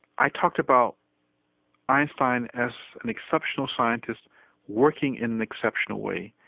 i talked about einstein as an exceptional scientist working in an exceptional way.